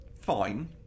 fine